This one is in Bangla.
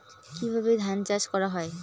কিভাবে ধান চাষ করা হয়?